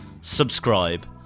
subscribe